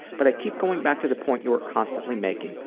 but i keep going back to the point you're constantly making,